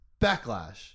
Backlash